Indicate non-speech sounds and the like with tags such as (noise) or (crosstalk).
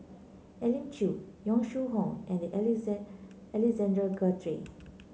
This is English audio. Elim Chew Yong Shu Hoong and (unintelligible) Alexander Guthrie